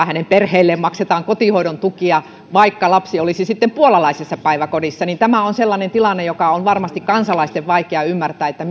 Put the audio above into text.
hänen perheelleen maksetaan kotihoidon tukea vaikka lapsi olisi puolalaisessa päiväkodissa tämä on sellainen tilanne jota on varmasti kansalaisten vaikea ymmärtää että